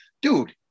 Dude